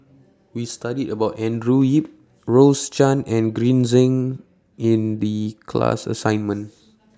We studied about Andrew Yip Rose Chan and Green Zeng in The class assignment